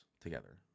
together